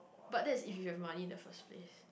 but that's if you have money in the first place